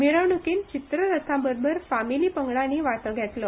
मिरवणुकींत चित्ररथांबरोबर फामिली पंगडांनीय वांटो घेतलो